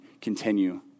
continue